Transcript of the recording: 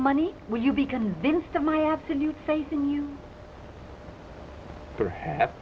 money will you be convinced of my absolute faith in you perhaps